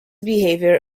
behavior